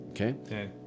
Okay